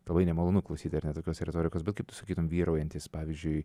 labai nemalonu klausyt ar ne tokios retorikos bet kaip sakytum vyraujantis pavyzdžiui